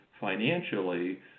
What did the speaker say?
financially